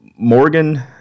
Morgan